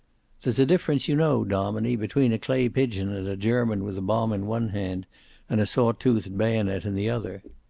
there's a difference you know, dominie, between a clay pigeon and a german with a bomb in one hand and a saw-toothed bayonet in the other.